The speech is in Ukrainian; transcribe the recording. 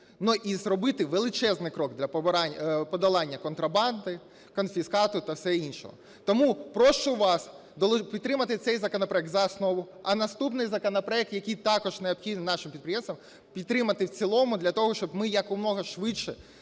і зробити величезний крок для подолання контрабанди, конфіскату та всього іншого. Тому прошу вас підтримати цей законопроект за основу. А наступний законопроект, який також необхідний нашим підприємствам, підтримати в цілому для того, щоб ми, якомога швидше,